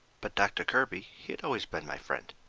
but doctor kirby, he had always been my friend.